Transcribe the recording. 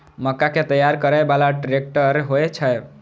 मक्का कै तैयार करै बाला ट्रेक्टर होय छै?